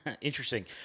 interesting